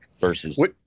versus